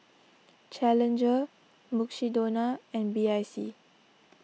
Challenger Mukshidonna and B I C